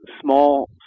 small